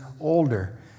older